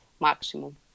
maximum